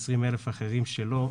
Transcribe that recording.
עשרים אלף אחרים שלא,